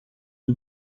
het